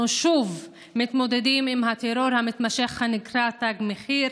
אנחנו שוב מתמודדים עם הטרור המתמשך הנקרא "תג מחיר".